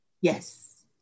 Yes